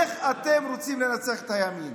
איך אתם רוצים לנצח את הימין